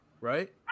right